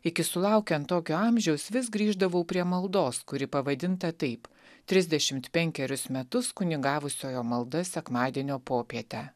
iki sulaukiant tokio amžiaus vis grįždavau prie maldos kuri pavadinta taip trisdešimt penkerius metus kunigavusiojo malda sekmadienio popietę